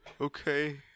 okay